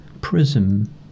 Prism